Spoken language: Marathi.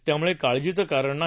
त्यामुळे काळजीच कारण नाही